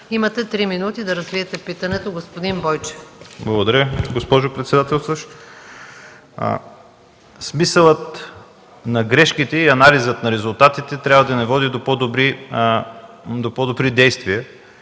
Имате три минути да развиете питането, господин Бойчев. ЖЕЛЬО БОЙЧЕВ (КБ): Благодаря, госпожо председател. Смисълът на грешките и анализът на резултатите трябва да ни води до по-добри действия